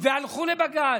הלכו לבג"ץ,